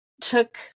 took